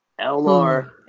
LR